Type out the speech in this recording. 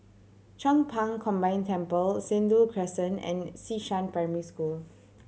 Chong Pang Combined Temple Sentul Crescent and Xishan Primary School